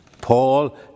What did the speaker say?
Paul